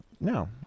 No